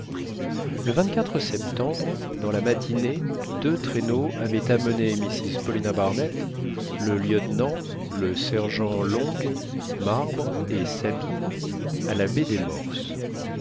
le septembre dans la matinée deux traîneaux avaient amené mrs paulina barnett le lieutenant le sergent long marbre et sabine à la baie des morses